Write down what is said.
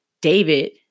David